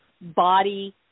body